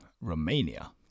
Romania